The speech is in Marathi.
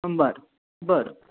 नंबर बरं